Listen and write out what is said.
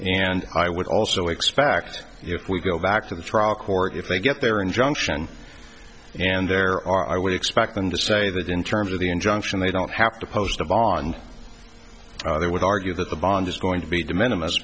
and i would also expect if we go back to the trial court if they get their injunction and there are i would expect them to say that in terms of the injunction they don't have to post a vaughn they would argue that the bond is going to be the minim